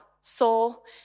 soul